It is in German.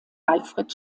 alfred